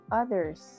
others